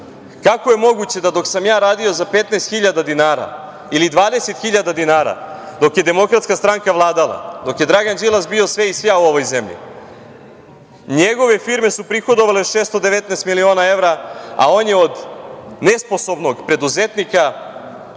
kako je moguće da dok sam ja radio za 15 hiljada dinara ili 20 hiljada dinara, dok je DS vladala, dok je Dragan Đilas bio sve i svja u ovoj zemlji, njegove firme su prihodovale 619 miliona evra, a on je od nesposobnog preduzetnika,